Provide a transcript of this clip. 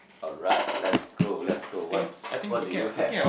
alright let's go let's go what what do you have